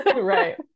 right